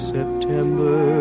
September